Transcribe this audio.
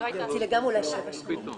אולי שבע שנים?